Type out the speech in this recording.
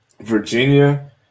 Virginia